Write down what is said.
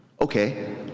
okay